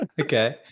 Okay